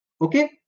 Okay